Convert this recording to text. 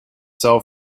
sell